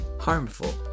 harmful